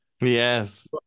Yes